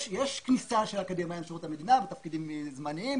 יש כניסה של אקדמאים לשירות המדינה בתפקידים זמניים,